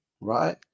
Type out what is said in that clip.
right